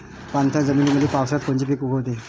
पाणथळ जमीनीमंदी पावसाळ्यात कोनचे पिक उगवते?